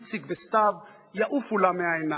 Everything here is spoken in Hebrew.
איציק וסתיו יעופו לה מהעיניים.